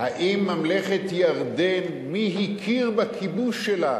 האם ממלכת ירדן, מי הכיר בכיבוש שלה